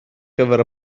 gyfer